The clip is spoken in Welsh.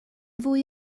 fwy